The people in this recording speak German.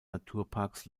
naturparks